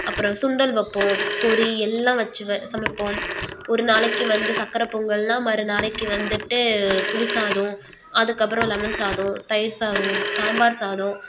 அப்புறம் சுண்டல் வைப்போம் பொறி எல்லாம் வச்சு சமைப்போம் ஒரு நாளைக்கு வந்து சக்கரை பொங்கல்னா மறு நாளைக்கு வந்துட்டு புளி சாதம் அதுக்கப்புறம் லெமன் சாதம் தயிர் சாதம் சாம்பார் சாதம்